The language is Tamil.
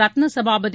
ரத்னசபாபதி